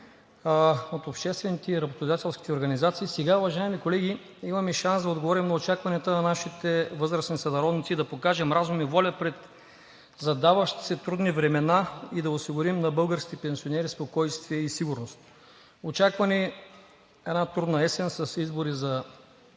от обществените и работодателските организации. Сега, уважаеми колеги, имаме шанс да отговорим на очакванията на нашите възрастни сънародници и да покажем разум и воля пред задаващите се трудни времена и да осигурим на българските пенсионери спокойствие и сигурност. Очаква ни една трудна есен с избори за